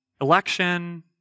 Election